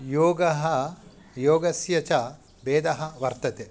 योगः योगस्य च भेदः वर्तते